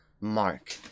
Mark